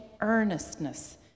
earnestness